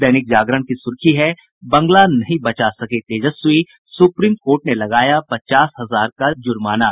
दैनिक जागरण की सुर्खी है बंगला नहीं बचा सके तेजस्वी सुप्रीम कोर्ट ने लगाया पचास हजार का जुर्माना